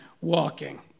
walking